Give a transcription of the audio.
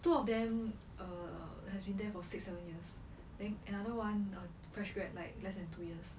two of them err has been there for six seven years then another one err fresh grad like less than two years